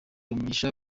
mugisha